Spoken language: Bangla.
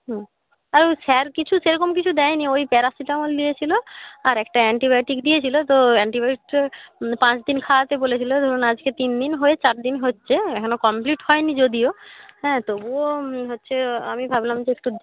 হুম আর উ স্যার কিছু সেরকম কিছু দেয় নি ওই প্যারাসিটামল দিয়েছিলো আর একটা অ্যান্টিবায়োটিক দিয়েছিলো তো অ্যান্টিবায়োটিকটা পাঁচ দিন খাওয়াতে বলেছিলো ধরুন আজকে তিন দিন হয়ে চার দিন হচ্ছে এখনও কমপ্লিট হয় নি যদিও হ্যাঁ তবুও হচ্ছে আমি ভাবলাম যে একটু